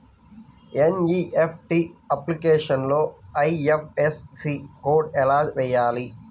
NEFT అప్లికేషన్లో IFSC code వేయాలా?